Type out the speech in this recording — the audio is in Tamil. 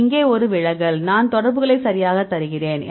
இது இங்கே ஒரு விலகல் நான் தொடர்புகளை சரியாக தருகிறேன்